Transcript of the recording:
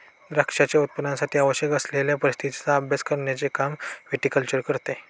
द्राक्षांच्या उत्पादनासाठी आवश्यक असलेल्या परिस्थितीचा अभ्यास करण्याचे काम विटीकल्चर करते